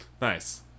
Nice